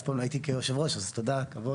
אף פעם לא הייתי כיושב-ראש, אז תודה, כבוד.